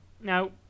Now